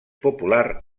popular